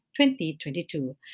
2022